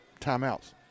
timeouts